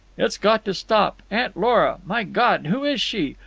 it's got to stop. aunt lora! my god! who is she?